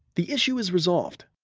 the issue is resolved.